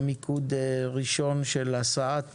במיקוד ראשון של הסעת נוסעים",